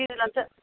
ఫీజులంతా